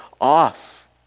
off